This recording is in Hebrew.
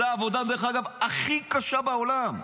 דרך אגב, זו העבודה הכי קשה בעולם.